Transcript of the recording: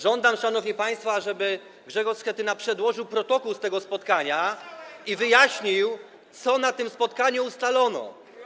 Żądam, szanowni państwo, ażeby Grzegorz Schetyna przedłożył protokół z tego spotkania i wyjaśnił, co na tym spotkaniu ustalono.